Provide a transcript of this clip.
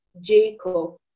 Jacob